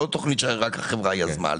זו לא תכנית שרק החברה יזמה.